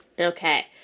Okay